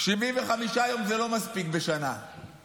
75 יום בשנה זה לא מספיק חופש.